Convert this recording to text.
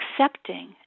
accepting